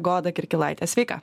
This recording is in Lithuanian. goda kirkilaitė sveika